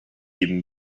even